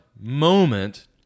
moment